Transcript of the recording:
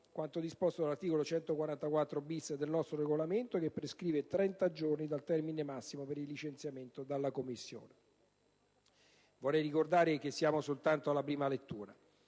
quanto disposto dall'articolo 144-*bis* del nostro Regolamento che prescrive 30 giorni di termine massimo per il licenziamento dalla Commissione. Vorrei ricordare che siamo soltanto alla prima lettura,